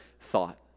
thought